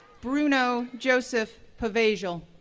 bruno joseph povejsil,